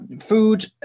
food